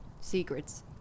Secrets